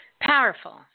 Powerful